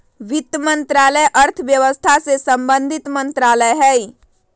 वित्त मंत्रालय अर्थव्यवस्था से संबंधित मंत्रालय हइ